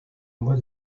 mois